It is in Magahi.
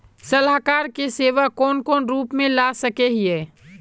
सलाहकार के सेवा कौन कौन रूप में ला सके हिये?